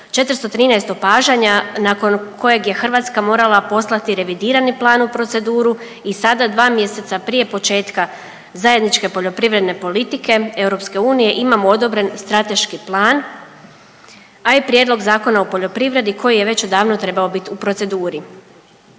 413 opažanja nakon kojeg je Hrvatska morala poslati revidirani plan u proceduru i sada 2 mjeseca prije početka zajedničke poljoprivredne politike EU imamo odobren strateški plan, a i prijedlog Zakona o poljoprivredni koji je već odavno trebao biti u proceduri.